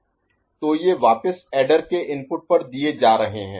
x3x2x1x0 1101 y3y2y1y0 1011 तो ये वापस ऐडर के इनपुट पर दिए जा रहे हैं